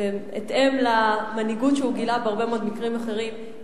בהתאם למנהיגות שהוא גילה בהרבה מאוד מקרים אחרים,